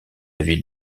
ville